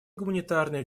гуманитарные